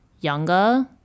younger